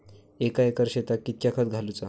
एक एकर शेताक कीतक्या खत घालूचा?